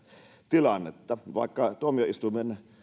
tilannetta vaikka tuomioistuimen